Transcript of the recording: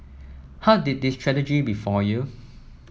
how did this tragedy befall you